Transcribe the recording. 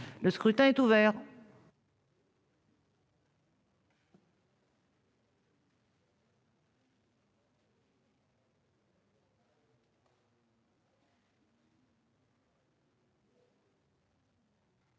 Le scrutin est ouvert.